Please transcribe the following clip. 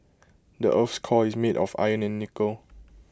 the Earth's core is made of iron and nickel